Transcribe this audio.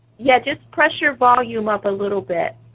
yeah just press your volume up a little bit.